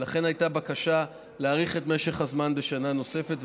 ולכן הייתה בקשה להאריך את משך הזמן בשנה נוספת,